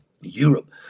Europe